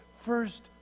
first